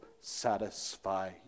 satisfy